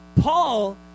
Paul